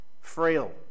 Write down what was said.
frail